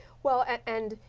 well, and,